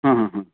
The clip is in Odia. ହଁ ହଁ ହଁ